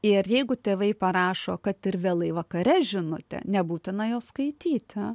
ir jeigu tėvai parašo kad ir vėlai vakare žinutę nebūtina jos skaityti